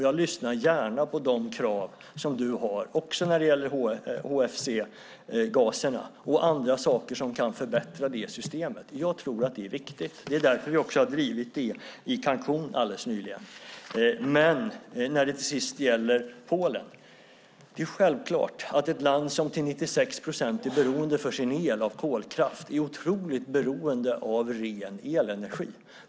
Jag lyssnar gärna på de krav du har också när det gäller HFC-gaserna och andra saker som kan förbättra det systemet. Jag tror att det är riktigt. Det är också därför vi har drivit det i Cancún alldeles nyligen. När det till sist gäller Polen är det självklart att ett land som till 96 procent för sin el är beroende av kolkraft är otroligt beroende av ren elenergi.